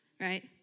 Right